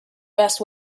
best